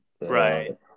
Right